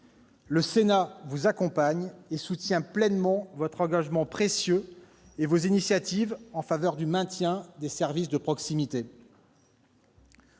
le Sénat vous accompagne et soutient pleinement votre engagement précieux et vos initiatives en faveur du maintien des services de proximité.